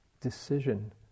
decision